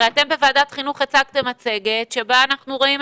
הרי בוועדת החינוך אתם הצגתם מצגת שבה אנחנו רואים,